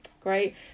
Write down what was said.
Great